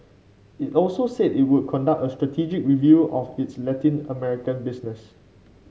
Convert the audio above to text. it also said it would conduct a strategic review of its Latin American business